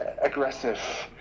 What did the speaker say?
aggressive